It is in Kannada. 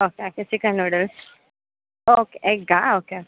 okay okay chicken noodles okay ಎಗ್ಗಾ ಓಕೆ ಓಕೆ